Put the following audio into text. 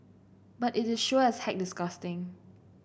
but it is sure as heck disgusting